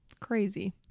crazy